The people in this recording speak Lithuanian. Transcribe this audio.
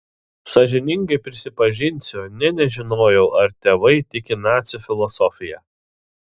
sąžiningai prisipažinsiu nė nežinojau ar tėvai tiki nacių filosofija